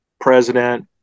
president